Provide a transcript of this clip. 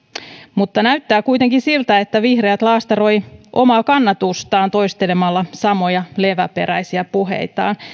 mutta näyttää kuitenkin siltä että vihreät laastaroivat omaa kannatustaan toistelemalla samoja leväperäisiä puheitaan